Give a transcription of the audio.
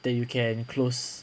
that you can close